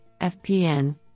FPN